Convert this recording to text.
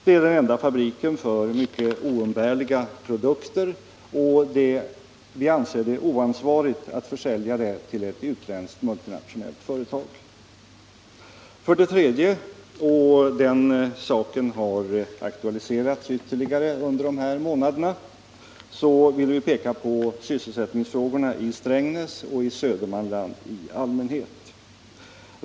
Det är den enda fabriken för mycket oumbärliga produkter, och vi anser det oansvarigt att försälja den till ett utländskt multinationellt företag. För det tredje — och den saken har aktualiserats ytterligare under de här månaderna — vill vi peka på sysselsättningsfrågorna i Strängnäs och i Södermanland i allmänhet.